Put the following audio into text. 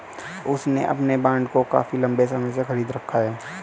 उसने अपने बॉन्ड को काफी लंबे समय से खरीद रखा है